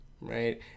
Right